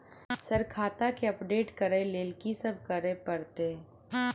Sir खाता केँ update करऽ लेल की सब करै परतै?